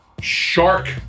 shark